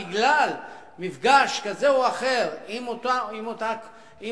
בגלל מפגש כזה או אחר עם אותו מטפל,